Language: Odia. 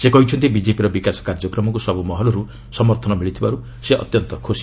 ସେ କହିଛନ୍ତି ବିଜେପିର ବିକାଶ କାର୍ଯ୍ୟକ୍ରମକୁ ସବୁ ମହଲରୁ ସମର୍ଥନ ମିଳିଥିବାରୁ ସେ ଅତ୍ୟନ୍ତ ଖୁସି